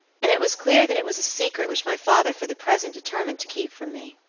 and it was clear that it was a secret which my father for the present determined to keep from me.